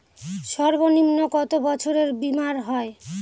সর্বনিম্ন কত বছরের বীমার হয়?